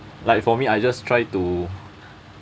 like for me I just try to